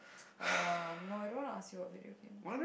um no I don't wanna ask you about video games